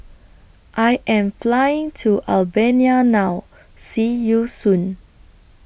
I Am Flying to Albania now See YOU Soon